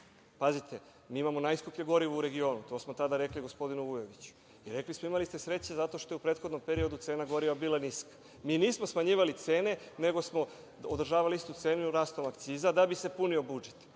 dobijete? Mi imamo najskuplje gorivo u regionu. To smo tada rekli gospodinu Vujoviću. Rekli smo – imali ste sreće zato što je u prethodnom periodu cena goriva bila niska. Mi nismo smanjivali cene, nego smo održavali istu cenu rastom akciza da bi se punio budžet,